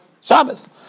Shabbos